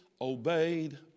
obeyed